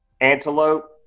antelope